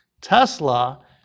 Tesla